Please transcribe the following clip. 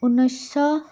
ঊনৈছশ